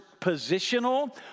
positional